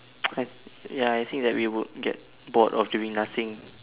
yes ya I think that we would get bored of doing nothing